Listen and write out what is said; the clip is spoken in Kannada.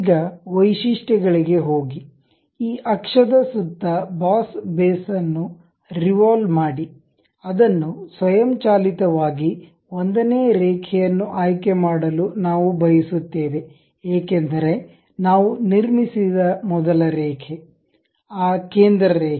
ಈಗ ವೈಶಿಷ್ಟ್ಯಗಳಿಗೆ ಹೋಗಿ ಈ ಅಕ್ಷದ ಸುತ್ತ ಬಾಸ್ ಬೇಸ್ ಅನ್ನು ರಿವಾಲ್ವ್ ಮಾಡಿ ಅದನ್ನು ಸ್ವಯಂಚಾಲಿತವಾಗಿ 1 ನೇ ರೇಖೆಯನ್ನು ಆಯ್ಕೆ ಮಾಡಲು ನಾವು ಬಯಸುತ್ತೇವೆ ಏಕೆಂದರೆ ನಾವು ನಿರ್ಮಿಸಿದ ಮೊದಲ ರೇಖೆ ಆ ಕೇಂದ್ರ ರೇಖೆ